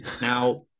Now